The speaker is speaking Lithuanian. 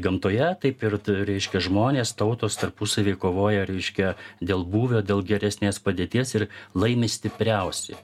gamtoje taip ir tai reiškia žmonės tautos tarpusavyje kovoja reiškia dėl būvio dėl geresnės padėties ir laimi stipriausi